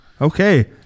Okay